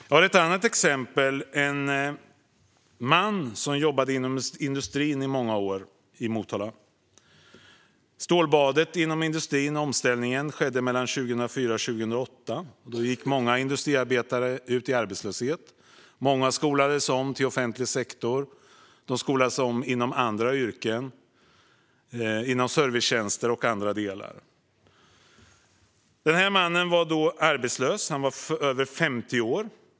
Jag har ett annat exempel, en man som jobbade inom industrin i Motala i många år. Stålbadet inom industrin och omställningen skedde mellan 2004 och 2008, då många industriarbetare gick ut i arbetslöshet. Många skolades om till offentlig sektor och inom andra yrken, till exempel servicetjänster och annat. Den här mannen var över 50 år och arbetslös.